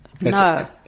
No